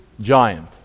giant